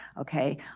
okay